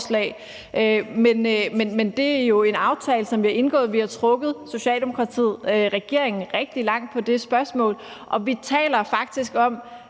Men det er jo en aftale, som vi har indgået; vi har trukket Socialdemokratiet, regeringen, rigtig langt på det spørgsmål. Og vi taler faktisk om,